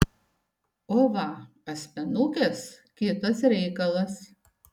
o va asmenukės kitas reikalas